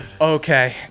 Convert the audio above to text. Okay